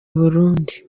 burundi